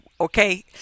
okay